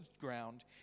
ground